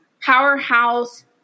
powerhouse